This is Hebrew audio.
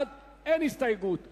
מאושר כנוסח הוועדה.